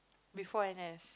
before n_s